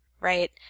right